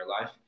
life